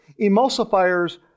Emulsifiers